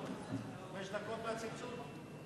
דקות מהצלצול.